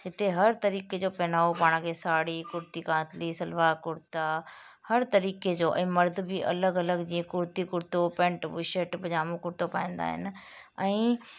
हिते हर तरीक़े जो पहनावो पाण खे साढ़ी कुर्ती कातली सलवार कुर्ता हर तरीक़े जो ऐं मर्द बि अलॻि अलॻि जीअं कुर्ती कुर्तो पैंट बुशर्टि पजामो कुर्तो पाईंदा आहिनि ऐं